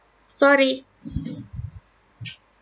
sorry